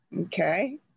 Okay